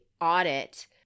audit